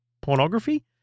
pornography